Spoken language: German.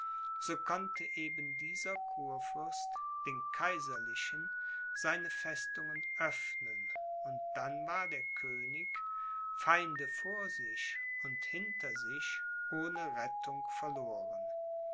so konnte eben dieser kurfürst den kaiserlichen seine festungen öffnen und dann war der könig feinde vor sich und hinter sich ohne rettung verloren